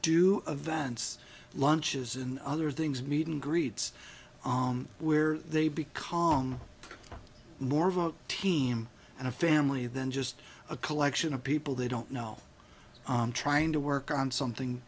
events lunches and other things meet and greets where they be calm more of a team and a family than just a collection of people they don't know i'm trying to work on something